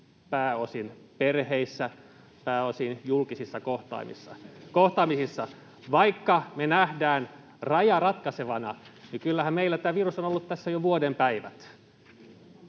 pääosin perheissä, pääosin julkisissa kohtaamisissa. Vaikka me nähdään raja ratkaisevana, niin kyllähän meillä tämä virus on ollut tässä jo vuoden päivät.